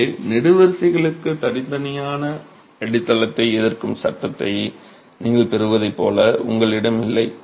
எனவே நெடுவரிசைகளுக்கு தனித்தனியான அடித்தளத்தை எதிர்க்கும் சட்டத்தை நீங்கள் பெறுவதைப் போல உங்களிடம் இல்லை